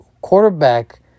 quarterback